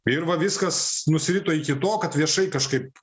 ir va viskas nusirito iki to kad viešai kažkaip